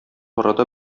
арада